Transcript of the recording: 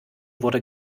wurde